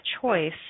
choice